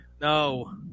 No